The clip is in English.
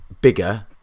bigger